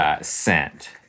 scent